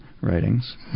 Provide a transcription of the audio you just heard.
writings